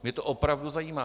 Mě to opravdu zajímá!